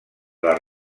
les